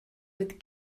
with